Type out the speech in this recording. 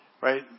Right